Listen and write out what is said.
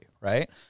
Right